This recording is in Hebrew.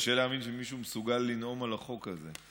קשה להאמין שמישהו מסוגל לנאום על החוק הזה.